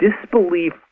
disbelief